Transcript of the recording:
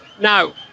now